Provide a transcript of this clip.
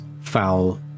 foul